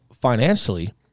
financially